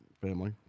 family